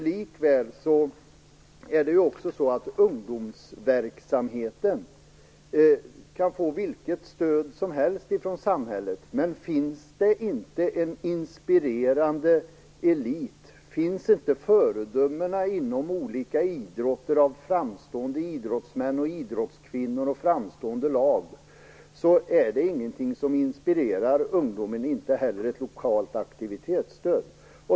Likväl kan ungdomsverksamheten få vilket stöd som helst från samhället, finns det inte en inspirerande elit, finns inte föredömena inom olika idrotter av framstående idrottsmän, idrottskvinnor och lag, är det ingenting som inspirerar ungdomen, inte heller ett lokalt aktivitetsstöd.